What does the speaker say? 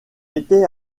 était